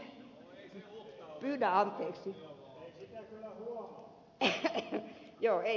joo ei varmaan huomaa